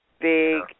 big